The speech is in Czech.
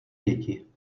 děti